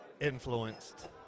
influenced